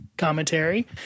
Commentary